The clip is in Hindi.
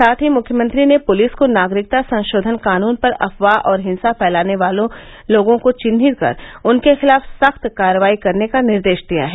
साथ ही मुख्यमंत्री ने पुलिस को नागरिकता संशोधन कानून पर अफवाह और हिंसा फैलाने वाले लोगों को चिन्हित कर उनके खिलाफ सख्त कार्रवाई करने का निर्देश दिया है